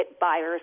buyers